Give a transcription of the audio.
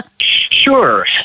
Sure